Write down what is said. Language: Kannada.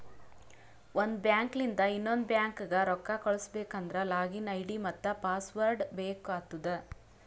ಒಂದ್ ಬ್ಯಾಂಕ್ಲಿಂದ್ ಇನ್ನೊಂದು ಬ್ಯಾಂಕ್ಗ ರೊಕ್ಕಾ ಕಳುಸ್ಬೇಕ್ ಅಂದ್ರ ಲಾಗಿನ್ ಐ.ಡಿ ಮತ್ತ ಪಾಸ್ವರ್ಡ್ ಬೇಕ್ ಆತ್ತುದ್